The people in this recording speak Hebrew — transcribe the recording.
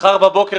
מחר בבוקר,